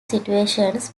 situations